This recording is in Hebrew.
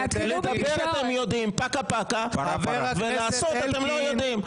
לדבר אתם יודעים פקה-פקה ולעשות אתם לא יודעים.